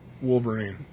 Wolverine